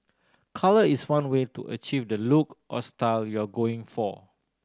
colour is one way to achieve the look or style you're going for